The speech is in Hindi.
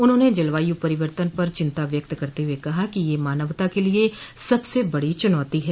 उन्होंने जलवायु परिवर्तन पर चिंता व्यक्त करते हुए कहा कि यह मानवता के लिए सबसे बड़ी चुनौती है